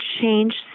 change